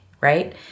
right